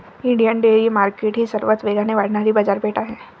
Indian dairy market ही सर्वात वेगाने वाढणारी बाजारपेठ आहे